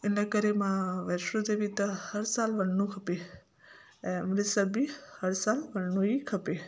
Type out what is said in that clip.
इन करे मां वैष्णो देवी त हर साल वञिणो खपे ऐं अमृतसर बि हर साल वञिणो ई खपे